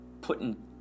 putting